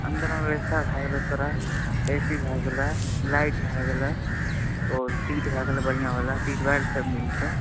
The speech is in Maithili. अन्दरमे व्यवस्था भए गेलौ तोरा ए सी भए गेलौ लाइट भए गेलो आओर सीट भए गेलौ बढ़िआँवला सीट वएह सब मिलतौ